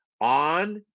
on